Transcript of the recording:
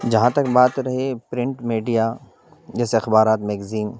جہاں تک بات رہی پرنٹ میڈیا جیسے اخبارات میگزین